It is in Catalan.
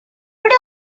però